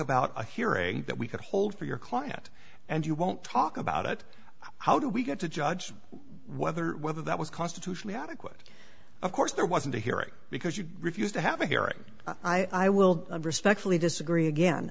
about a hearing that we could hold for your client and you won't talk about it how do we get to judge whether whether that was constitutionally adequate of course there wasn't a hearing because you refused to have a hearing i will respectfully disagree again